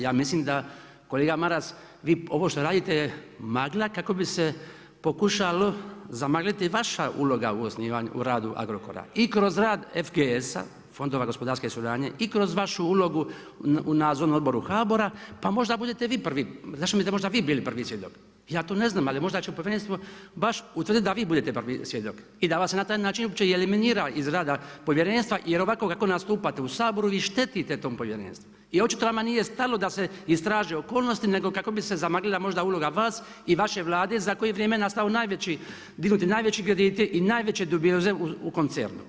Ja mislim da kolega Maras vi ovo što radite magla kako bi se pokušalo zamagliti vaša uloga u radu Agrokora i kroz rad FGS-a Fondova gospodarske suradnje i kroz vašu ulogu u nadzornom odboru HBOR-a, pa možda bude vi prvi, zašto ne biste vi bili prvi svjedok, ja to ne zna, ali možda će povjerenstvo utvrditi da vi budete prvi svjedok i da vas se na taj način uopće eliminira iz rada povjerenstva jer ovako kako nastupate u Saboru vi štetite tom povjerenstvu i očito vama nije stalo da se istraže okolnosti nego kako bi se možda zamaglila uloga vas i vaše vlade za koje je vrijeme nastao najveći, dignuti najveći krediti i najveće dubioze u koncernu.